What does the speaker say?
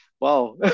wow